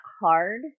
hard